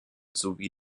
sowie